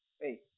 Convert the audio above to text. Hey